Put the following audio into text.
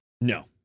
No